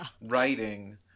writing